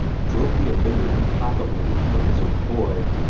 drove the offender implacably from his employ.